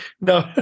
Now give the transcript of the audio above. No